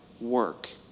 work